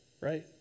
right